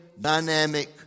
dynamic